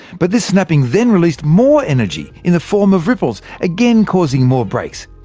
but this snapping then released more energy in the form of ripples, again causing more breaks.